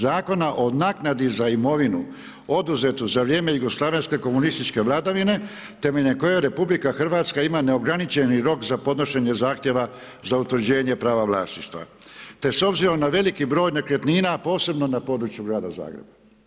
Zakon o naknadi za imovinu oduzetu za vrijeme jugoslavenske komunističke vladavine temeljem koje RH ima neograničeni rok za podnošenje zahtjeva za utvrđenje prava vlasništva te s obzirom na veliki broj nekretnina, posebno na području grada Zagreba.